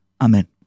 Amen